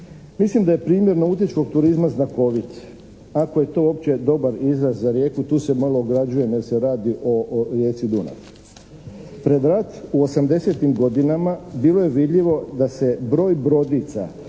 Mislim da je primjer nautičkog turizma znakovit ako je to uopće dobar izraz za rijeku, tu se malo ograđujem jer se radi o rijeci Dunav. Pred rat u osamdesetim godinama bilo je vidljivo da se broj brodica